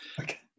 okay